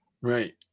Right